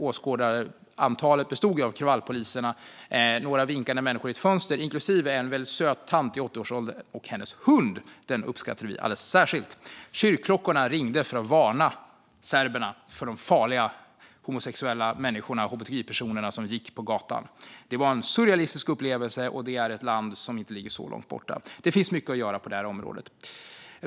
Åskådarna bestod av kravallpoliserna, några vinkande människor i ett fönster inklusive en väldigt söt tant i 80-årsåldern och hennes hund. Den uppskattade vi alldeles särskilt. Kyrkklockorna ringde för att varna serberna för de farliga homosexuella människorna, hbtqi-personerna, som gick på gatan. Det var en surrealistisk upplevelse, och det här är ett land som inte ligger så långt borta. Det finns mycket att göra på området.